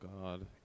God